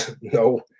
no